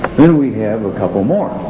then we have a couple more,